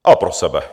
A pro sebe.